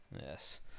Yes